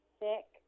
thick